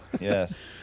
yes